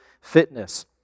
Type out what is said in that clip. fitness